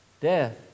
Death